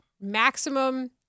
Maximum